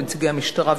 ונציגי המשטרה,